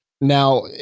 Now